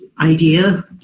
idea